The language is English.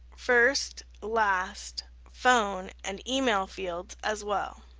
first, last, phone and email fields as well.